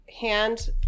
hand